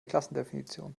klassendefinition